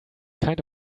kind